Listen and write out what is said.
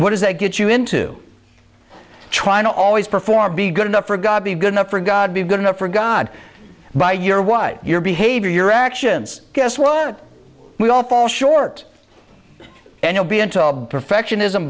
what does that get you into trying to always perform be good enough for god be good enough for god be good enough for god by your why your behavior your actions guess what we all fall short and you'll be into all defection is